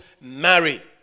marry